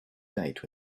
date